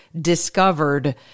discovered